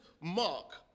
Mark